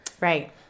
right